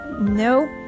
Nope